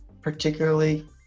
particularly